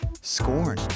Scorn